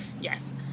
Yes